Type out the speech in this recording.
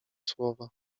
słowa